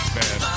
bad